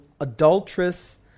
adulteress